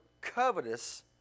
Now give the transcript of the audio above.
covetous